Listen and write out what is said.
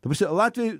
ta prasme latviai